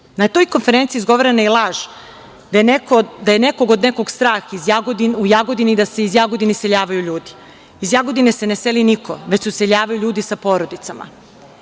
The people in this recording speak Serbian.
toj konferenciji izgovorena je i laž da je nekog od nekog strah u Jagodini i da se iz Jagodine iseljavaju ljudi. Iz Jagodine se ne seli niko, već se useljavaju ljudi sa porodicama. Gospodina